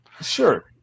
Sure